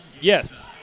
yes